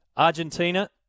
Argentina